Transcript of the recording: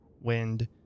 wind